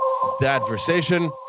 Dadversation